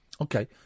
Okay